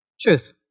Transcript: Truth